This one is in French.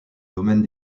domaine